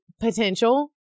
potential